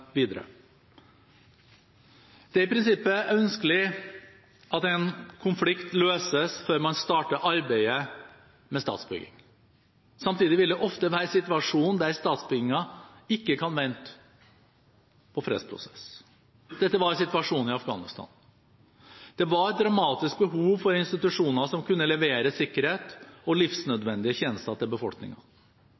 videre. Det er i prinsippet ønskelig at en konflikt løses før man starter arbeidet med statsbygging. Samtidig vil det ofte være situasjoner der statsbyggingen ikke kan vente på en fredsprosess. Dette var situasjonen i Afghanistan. Det var et dramatisk behov for institusjoner som kunne levere sikkerhet og